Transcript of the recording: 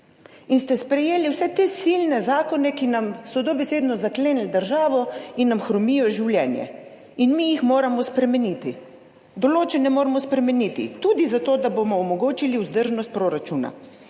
in ste sprejeli vse te silne zakone, ki nam so dobesedno zaklenili državo in nam hromijo življenje. In mi jih moramo spremeniti. Določene moramo spremeniti tudi zato, da bomo omogočili vzdržnost proračuna.